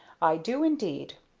i do indeed!